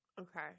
Okay